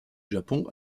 japon